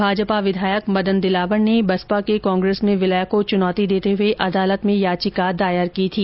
भाजपा विधायक मदन दिलावर ने बसपा के कांग्रेस में विलय को चुनोती देते हुए अदालत में याचिका दायर की थी